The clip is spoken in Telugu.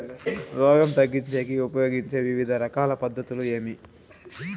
రోగం తగ్గించేకి ఉపయోగించే వివిధ రకాల పద్ధతులు ఏమి?